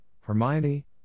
Hermione